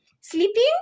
sleeping